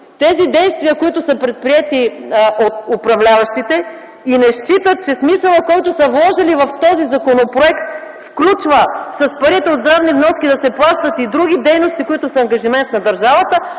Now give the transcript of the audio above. тези действия, които са предприети от управляващите и не считат, че смисълът, който са вложили в този законопроект, включва с парите от здравни вноски да се плащат и други дейности, които са ангажимент на държавата.